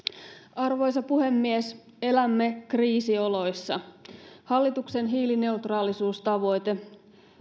arvoisa puhemies elämme kriisioloissa hallituksen hiilineutraalisuustavoite